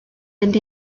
fynd